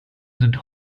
sind